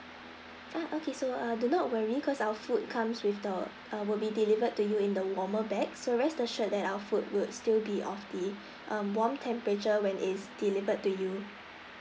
uh okay so err do not worry because our food comes with the err would be delivered to you in the warmer bag so rest assured that our food would still be of the um warm temperature when it's delivered to you